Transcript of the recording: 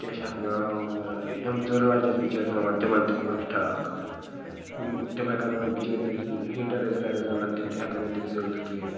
کیٛاہ چھِ اتھ ناو یِم ژُرٕ لَنجہِ ٲسۍ بِچٲرۍ ترٛاوان تِمَن تہِ کوٚرکھ ٹھاک یِم تِم ہٮ۪کۍ نہٕ وۄنۍ بِچٲرۍ کٔرِتھ کِہیٖنۍ یِم ہیٖٹر ٲسۍ گَرِ ٲسۍ رَلان تِم تہِ ہیٚکَن نہٕ تِم زٲلِتھ کِہیٖنۍ